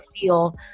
feel